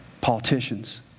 politicians